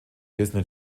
disney